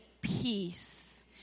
Peace